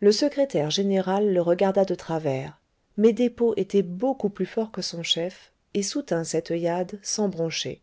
le secrétaire général le regarda de travers mais despaux était beaucoup plus fort que son chef et soutint cette oeillade sans broncher